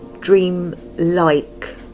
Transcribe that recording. dream-like